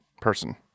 person